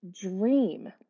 dream